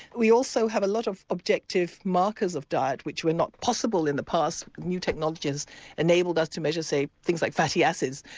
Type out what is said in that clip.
we also have a lot of objective markers of diet which were not possible in the past. new technologies have enabled us to measure, say, things like fatty acids,